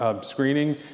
screening